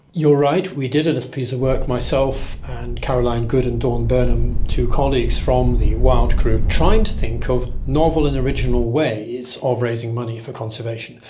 you're right, we did a little piece of work, myself and caroline good and dawn burnham, two colleagues from the wildcru, trying to think of novel and original ways of raising money for conservation.